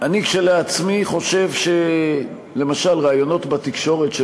אני כשלעצמי חושב שלמשל ראיונות בתקשורת של